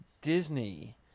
Disney